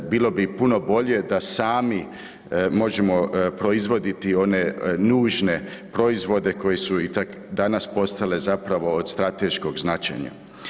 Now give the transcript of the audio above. Bilo bi puno bolje da sami možemo proizvoditi one nužne proizvode koji su i danas postale zapravo od strateškog značenja.